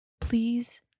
please